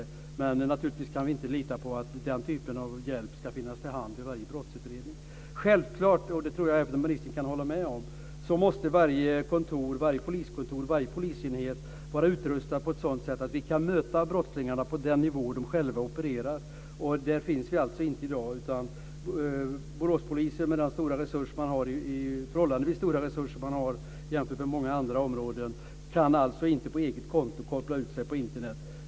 Vi kan naturligtvis inte lita på att den typen av hjälp ska finnas till hands vid varje brottsutredning. Självklart, och det tror jag även att ministern kan hålla med om, måste varje poliskontor, varje polisenhet, vara utrustad på ett sådant sätt att vi kan möta brottslingarna på den nivå som de själva opererar. Där finns vi alltså inte i dag. Boråspolisen kan alltså inte med den förhållandevis stora resurs man har jämfört med många andra områden på eget konto koppla ut sig på Internet.